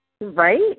Right